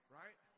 right